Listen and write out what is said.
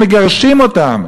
ומגרשים אותם,